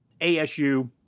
ASU